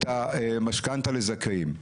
את המשכנתא לזכאים.